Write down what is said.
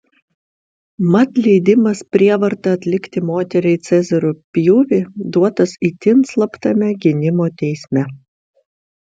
mat leidimas prievarta atlikti moteriai cezario pjūvį duotas itin slaptame gynimo teisme